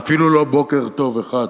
אפילו בוקר טוב אחד,